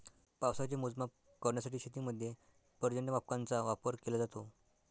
पावसाचे मोजमाप करण्यासाठी शेतीमध्ये पर्जन्यमापकांचा वापर केला जातो